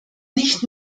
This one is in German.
nicht